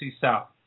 South